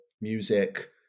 music